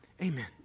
Amen